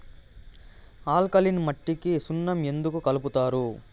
alkaline మట్టికి సున్నం ఎందుకు కలుపుతారు